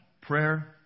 prayer